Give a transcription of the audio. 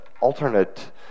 alternate